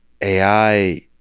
AI